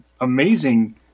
amazing